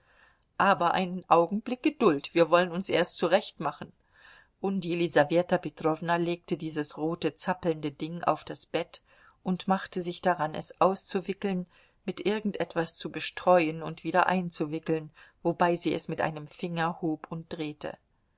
aber einen augenblick geduld wir wollen uns erst zurechtmachen und jelisaweta petrowna legte dieses rote zappelnde ding auf das bett und machte sich daran es auszuwickeln mit irgend etwas zu bestreuen und wieder einzuwickeln wobei sie es mit einem finger hob und drehte